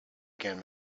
again